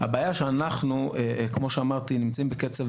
הבעיה שאנחנו כמו שאמרתי, נמצאים בקצב